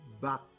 back